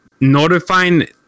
notifying